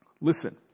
Listen